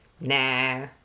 nah